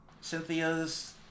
Cynthia's